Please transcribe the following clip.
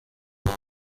home